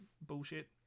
bullshit